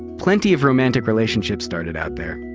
plenty of romantic relationships started out there.